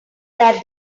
that